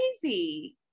crazy